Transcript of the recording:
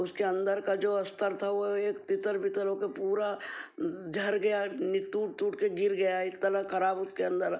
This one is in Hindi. उसके अंदर का जो अस्तर था वो एक तितर बितर होके पूरा झड़ गया टूट के गिर गया इतना खराब उसके अंदर